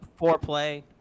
foreplay